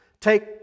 take